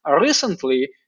Recently